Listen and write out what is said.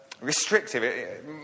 restrictive